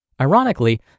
Ironically